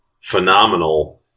phenomenal